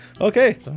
Okay